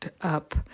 up